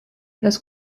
los